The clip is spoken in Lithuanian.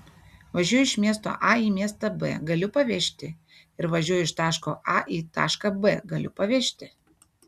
važiuoju iš miesto a į miestą b galiu pavežti ir važiuoju iš taško a į tašką b galiu pavežti